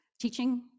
teaching